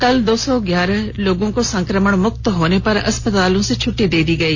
कल दो सौ ग्यारह लोगों को संक्रमण मुक्त होने पर अस्पतालों से छटटी दे दी गई